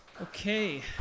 okay